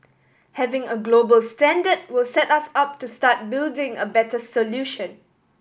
having a global standard will set us up to start building a better solution